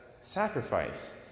sacrifice